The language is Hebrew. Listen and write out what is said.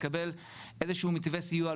לקבל איזה שהוא מתווה סיוע,